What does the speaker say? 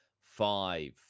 five